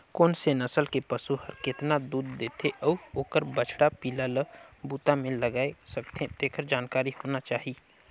कोन से नसल के पसु हर केतना दूद देथे अउ ओखर बछवा पिला ल बूता में लगाय सकथें, तेखर जानकारी होना चाही